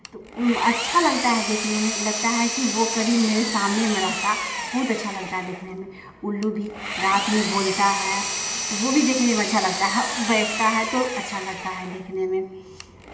अच्छा लगता है देखने में लगता है कि वो करीब मेरे सामने में रहता बहुत अच्छा लगता है देखने में उल्लू भी रात में बोलता है तो वो भी देखने में अच्छा लगता है बैठता है तो अच्छा लगता है देखने में